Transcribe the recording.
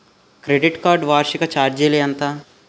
Credit card వార్షిక ఛార్జీలు ఎంత?